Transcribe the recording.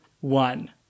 one